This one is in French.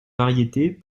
variétés